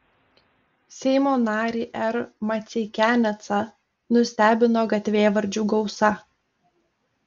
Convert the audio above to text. seimo narį r maceikianecą nustebino gatvėvardžių gausa